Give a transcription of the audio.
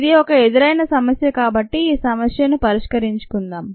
ఇది ఒక ఎదురైన సమస్య కాబట్టి ఈ సమస్యను పరిష్కరించుకుందాం